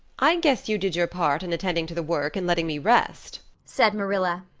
i guess you did your part in attending to the work and letting me rest, said marilla.